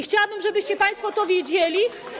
Chciałabym, żebyście państwo to wiedzieli.